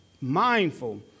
mindful